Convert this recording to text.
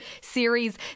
series